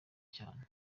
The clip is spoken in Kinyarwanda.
cyane